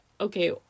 Okay